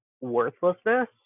worthlessness